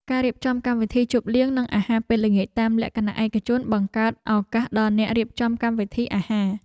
ការរៀបចំកម្មវិធីជប់លៀងនិងអាហារពេលល្ងាចតាមលក្ខណៈឯកជនបង្កើតឱកាសការងារដល់អ្នករៀបចំកម្មវិធីអាហារ។